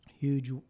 huge